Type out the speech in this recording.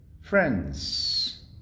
friends